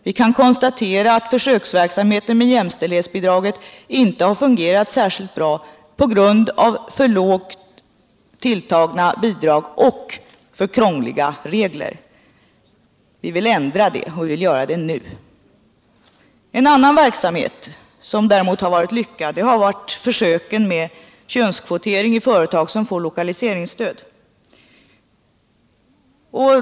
Vi kan konstatera att försöksverksamheten med jämställdhetsbidraget inte har fungerat särskilt bra på grund av för lågt tilltagna bidrag och alltför krångliga regler. Vi vill ändra på dem, och vi vill göra det nu. En annan verksamhet som däremot varit lyckad är försöken med könskvotering i företag som får lokaliseringsstöd.